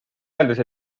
öeldes